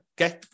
okay